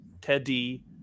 Teddy